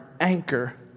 anchor